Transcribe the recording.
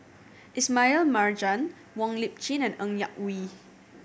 Ismail Marjan Wong Lip Chin and Ng Yak Whee